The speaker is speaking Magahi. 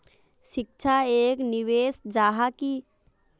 शिक्षा एक निवेश जाहा की?